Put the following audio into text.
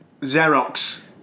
Xerox